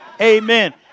Amen